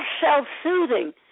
self-soothing